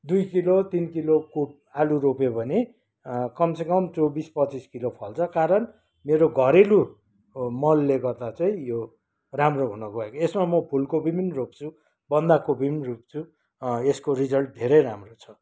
दुई किलो तिन किलोको आलु रोपेँ भने कमसेकम चौबिस पच्चिस किलो फल्छ कारण मेरो घरेलु मलले गर्दा चाहिँ यो राम्रो हुनगयो यसमा म फुलकोपी पनि रोप्छु बन्दकोपी पनि रोप्छु यसको रिजल्ट धेरै राम्रो हुन्छ